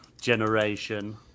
generation